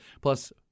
Plus